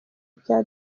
bya